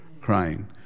crying